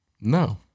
No